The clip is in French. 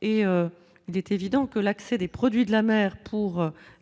et il est évident que l'accès des produits de la mer pour les marins pêcheurs